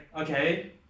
okay